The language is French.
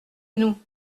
nous